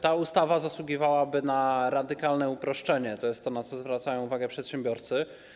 Ta ustawa zasługiwałaby na radykalne uproszczenie, na co zwracają uwagę przedsiębiorcy.